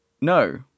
No